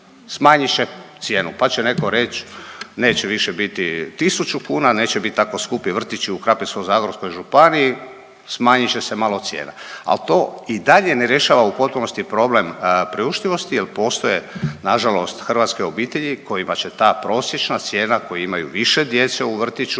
Smanjit će cijenu pa će netko reći, neće više biti tisuću kuna, neće bit tako skupi vrtići u Krapinsko-zagorskoj županiji, smanjit će se malo cijena, ali to i dalje ne rješava u potpunosti problem priuštivosti jer postoje nažalost hrvatske obitelji kojima će ta prosječna cijena koji imaju više djece u vrtiću